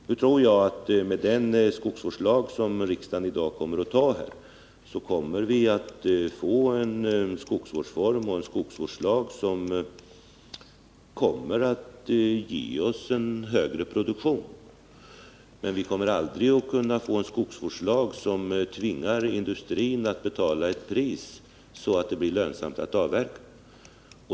Jag tror att med den skogsvårdslag som riksdagen i dag kommer att anta får vi en skogsvårdsform som kommer att ge oss en högre produktion. Men vi kommer aldrig att få en skogsvårdslag som tvingar industrin att betala ett sådant pris att det blir lönsamt att avverka.